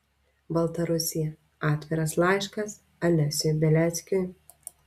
baltarusija atviras laiškas alesiui beliackiui